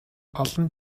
олон